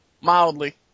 mildly